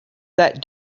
that